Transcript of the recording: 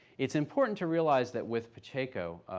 it's important to realize that with pacheco,